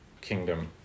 Kingdom